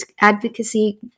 Advocacy